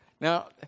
Now